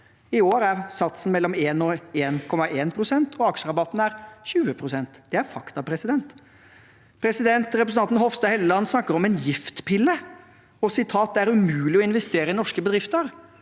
I år er satsen mellom 1 og 1,1 pst., og aksjerabatten er 20 pst. Det er fakta. Representanten Hofstad Helleland snakker om en giftpille og at det er umulig å investere i norske bedrifter.